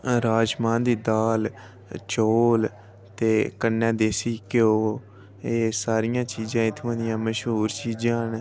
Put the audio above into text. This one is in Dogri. राजमां दाल चौल ते कन्नै देसी घ्यो ते सारियां चीज़ां इत्थूं दियां मश्हूर चीज़ां न